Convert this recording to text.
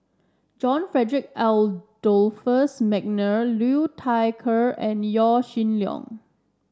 John Frederick Adolphus McNair Liu Thai Ker and Yaw Shin Leong